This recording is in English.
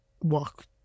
Walk